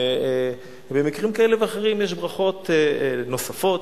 ובמקרים כאלה ואחרים יש ברכות נוספות,